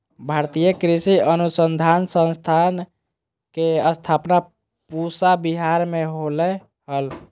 भारतीय कृषि अनुसंधान संस्थान के स्थापना पूसा विहार मे होलय हल